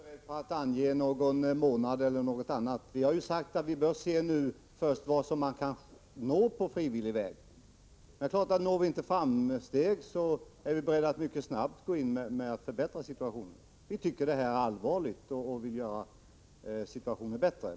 Herr talman! Jag är inte beredd att ange någon månad eller någon annan tid. Vi har ju sagt att vi nu först bör se vad man kan nå på frivillig väg. Men det är klart att når vi inte framsteg, så är vi beredda att mycket snabbt gå in och förbättra situationen. Vi tycker att det är ett allvarligt problem och vill göra situationen bättre.